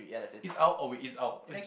it's out oh wait it's out